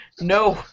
No